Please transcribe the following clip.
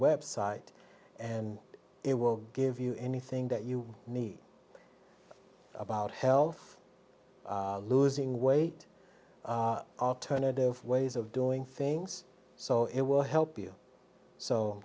website and it will give you anything that you need about health losing weight alternative ways of doing things so it will help you so